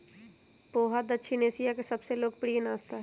पोहा दक्षिण एशिया के सबसे लोकप्रिय नाश्ता हई